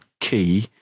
key